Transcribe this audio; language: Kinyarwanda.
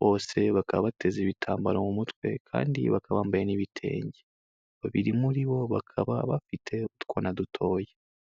Bose bakaba bateze ibitambaro mu mutwe kandi baka bambaye n'ibitenge, babiri muri bo bakaba bafite utwuna dutoya.